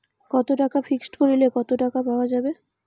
কত টাকা ফিক্সড করিলে কত টাকা পাওয়া যাবে?